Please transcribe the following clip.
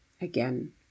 again